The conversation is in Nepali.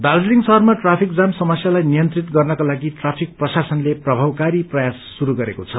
दार्जीलिङ शहरमा ट्राफिक जाम समस्यालाई नियन्त्रित गर्नका लागि ट्राफिक प्रशासनले प्रभावकारी प्रयास शुरू गरेको छ